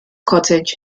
cottage